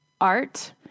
art